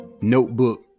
notebook